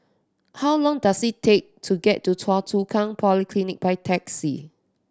how long does it take to get to Choa Chu Kang Polyclinic by taxi